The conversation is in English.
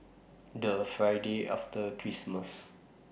The Friday after Christmas